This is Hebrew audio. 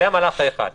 זה המהלך האחד.